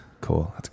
Cool